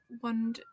one